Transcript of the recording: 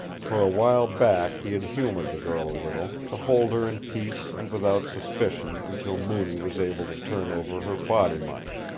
for a while back he had humored the girl a little, to hold her in peace and without suspicion until mooney was able to turn over her body-money.